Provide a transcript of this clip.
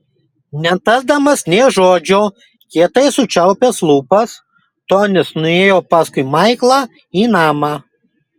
netardamas nė žodžio kietai sučiaupęs lūpas tonis nuėjo paskui maiklą į namą